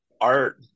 art